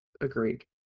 agreed